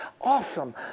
awesome